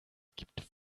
gibt